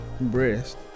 Breast